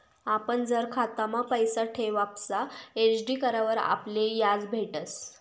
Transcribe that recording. आपण जर खातामा पैसा ठेवापक्सा एफ.डी करावर आपले याज भेटस